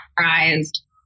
surprised